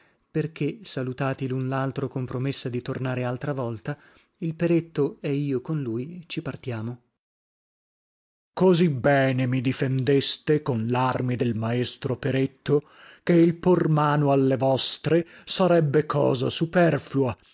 che salutati lun laltro con promessa di tornare altra volta il peretto e io con lui ci partiamo corteg così bene mi difendeste con larmi del maestro peretto che il por mano alle vostre sarebbe cosa superflua